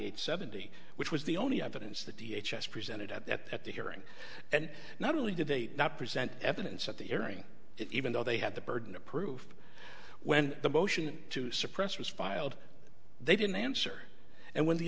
this seventy which was the only evidence that the h s presented at that at the hearing and not only did they not present evidence at the hearing it even though they had the burden of proof when the motion to suppress was filed they didn't answer and when the